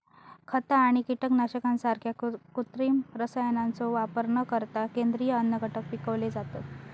खता आणि कीटकनाशकांसारख्या कृत्रिम रसायनांचो वापर न करता सेंद्रिय अन्नघटक पिकवले जातत